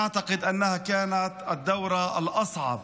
אני חושב שזה היה הכנס הקשה ביותר,